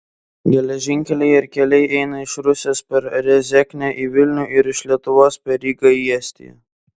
geležinkeliai ir keliai eina iš rusijos per rezeknę į vilnių ir iš lietuvos per rygą į estiją